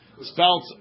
spelt